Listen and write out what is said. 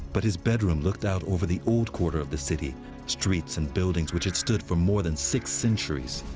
but his bedroom looked out over the old quarter of the city streets and buildings which had stood for more than six centuries.